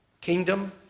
kingdom